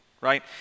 right